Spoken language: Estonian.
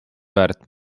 väärt